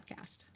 podcast